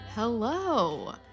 Hello